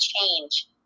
change